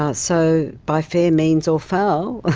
ah so by fair means or foul,